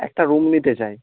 একটা রুম নিতে চাই